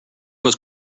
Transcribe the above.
was